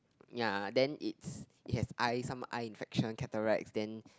ya then it it has eye some eye infection cauterize then